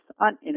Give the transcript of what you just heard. on